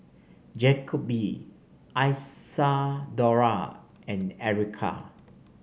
Jacoby Isadora and Erykah